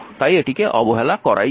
তাই এটিকে অবহেলা করাই যায়